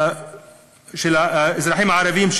האזרחים הערבים,